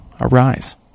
arise